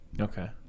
okay